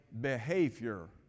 behavior